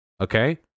okay